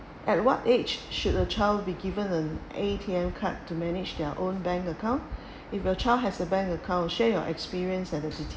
at what age should a child be given an A_T_M card to manage their own bank account if your child has a bank account share your experience and the